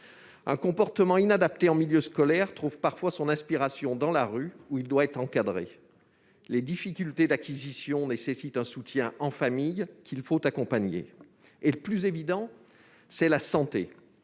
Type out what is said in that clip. Un comportement inadapté en milieu scolaire trouve parfois son inspiration dans la rue, où il doit être encadré. Les difficultés d'acquisition nécessitent un soutien familial qu'il faut accompagner. De façon plus évidente encore, la